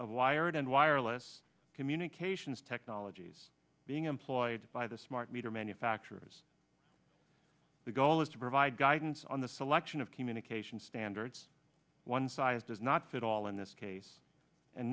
of wired and wireless communications technologies being employed by the smart meter manufacturers the goal is to provide guidance on the selection of communication standards one size does not fit all in this case and